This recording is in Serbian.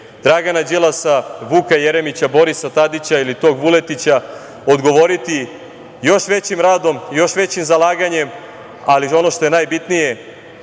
Dragana Đilasa, Vuka Jeremića, Borisa Tadića ili tog Vuletića, odgovoriti još većim radom i još većim zalaganjem, ali ono što je najbitnije,